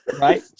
Right